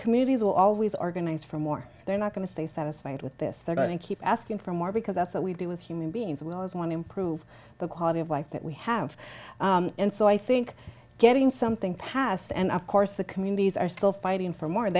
communities will always organize for more they're not going to stay satisfied with this they're gonna keep asking for more because that's what we do with human beings we always want to improve the quality of life that we have in so i think getting something passed and of course the communities are still fighting for more